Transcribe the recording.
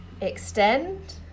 extend